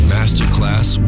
Masterclass